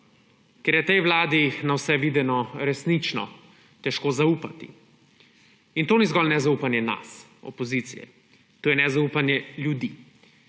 Ker je tej vladi na vse videno resnično težko zaupati. In to ni zgolj nezaupanje nas, opozicije. To je nezaupanje ljudi.